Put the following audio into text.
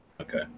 Okay